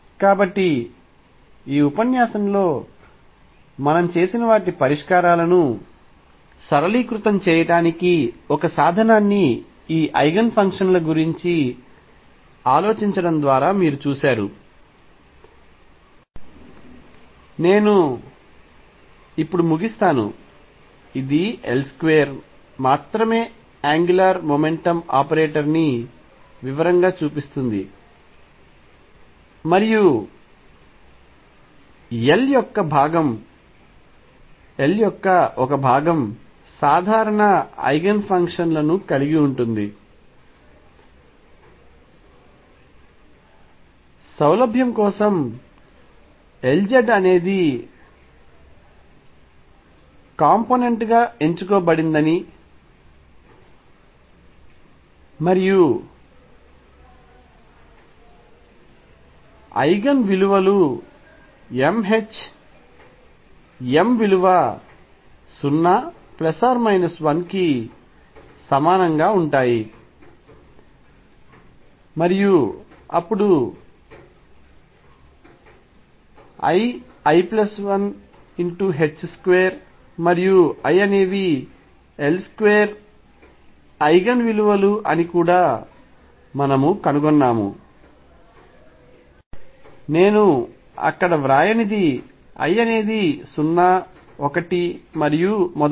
కాబట్టి ఈ ఉపన్యాసంలో మనము చేసిన వాటి పరిష్కారాలను సరళీకృతం చేయడానికి ఒక సాధనాన్ని ఈ ఐగెన్ ఫంక్షన్ల గురించి ఆలోచించడం ద్వారా మీరు చూశారు నేను ఇప్పుడు ముగిస్తాను అది L2 మాత్రమే యాంగులార్ మొమెంటమ్ ఆపరేటర్ ని వివరంగా చూపిస్తుంది మరియు L యొక్క ఒక భాగం సాధారణ ఐగెన్ ఫంక్షన్ లను కలిగి ఉంటుంది సౌలభ్యం కోసం Lz అనేది కాంపోనెంట్గా ఎంచుకోబడిందని మరియు ఐగెన్ విలువలుm ℏ m విలువ 0 1 కి సమానంగా ఉంటాయి మరియు అప్పుడుl l12 మరియు I అనేవి L2 ఐగెన్ విలువలు అని కూడా మనము కనుగొన్నాము నేను అక్కడ వ్రాయనిది I అనేది 0 1 మరియు మొదలైనవి